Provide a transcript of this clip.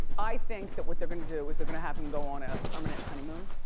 i think that what they're gonna do is they're gonna have him go on a permanent honeymoon.